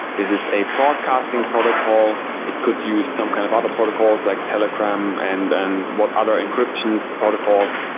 this is a broadcasting protocol. it could use some kind of auto protocols, like telegram and and what other encryptions, protocols.